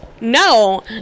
no